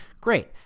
Great